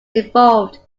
evolved